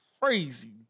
crazy